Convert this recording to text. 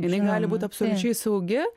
jinai gali būt absoliučiai saugi